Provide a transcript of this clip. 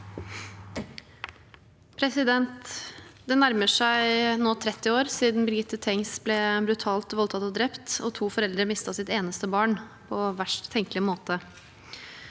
Det nærmer seg nå 30 år siden Birgitte Tengs ble brutalt voldtatt og drept og to foreldre mistet sitt eneste barn på verst tenkelige måte.